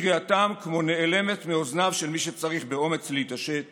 וקריאתם כמו נעלמת מאוזניו של מי שצריך באומץ להתעשת